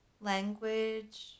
language